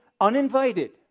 uninvited